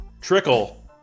Trickle